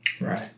Right